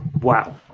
Wow